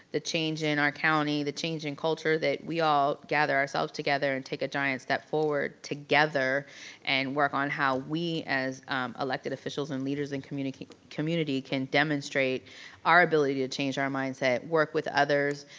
the change in our county, the change in culture that we all gather ourselves together and take a giant step forward together and work on how we as elected officials and leaders in community community can demonstrate our ability to change our mindset, work with others,